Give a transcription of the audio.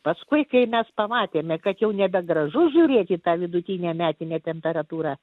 paskui kai mes pamatėme kad jau nebe gražu žiūrėti tą vidutinę metinę temperatūrą